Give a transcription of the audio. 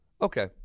Okay